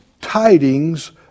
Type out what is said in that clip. tidings